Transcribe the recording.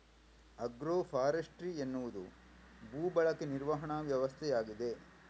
agro forestry ಎನ್ನುವುದು ಭೂ ಬಳಕೆ ನಿರ್ವಹಣಾ ವ್ಯವಸ್ಥೆಯಾಗಿದೆ